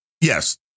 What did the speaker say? Yes